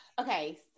Okay